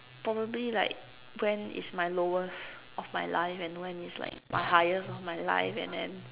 probably like when is my lowest of my life and when is like my highest of my life and then